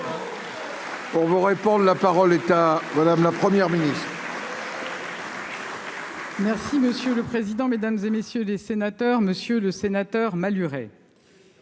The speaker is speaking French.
Pour vous répondre, la parole est à Madame la première ministre. Merci monsieur le. Président, mesdames et messieurs les sénateurs, Monsieur le Sénateur, Maluret.